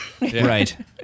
Right